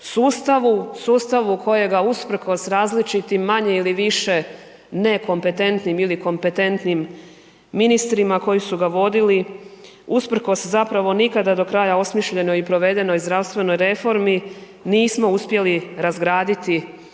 Sustavu kojega usprkos različitim manje ili više nekompetentnim ili kompetentnim ministrima koji su ga vodili usprkos zapravo nikada do kraja osmišljenoj i provedenoj zdravstvenoj reformi nismo uspjeli razgraditi